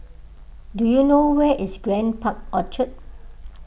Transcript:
do you know where is Grand Park Orchard